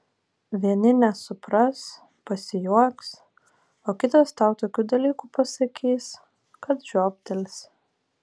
vieni nesupras pasijuoks o kitas tau tokių dalykų pasakys kad žioptelsi